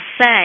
say